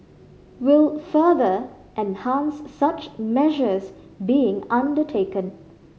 will further enhance such measures being undertaken